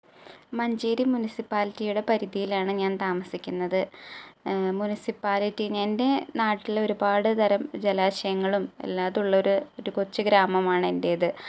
മഞ്ചേരി മുനിസിപ്പാലിറ്റിയുടെ പരിധിയിലാണ് ഞാൻ താമസിക്കുന്നത് മുനിസിപ്പാലിറ്റി എന്റെ നാട്ടിലൊരുപാട് തരം ജലാശയങ്ങളും എല്ലാതു ഉള്ളൊരു കൊച്ചു ഗ്രാമമാണ് എന്റേത്